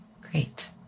Great